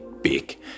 big